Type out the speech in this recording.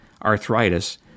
arthritis